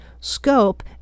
scope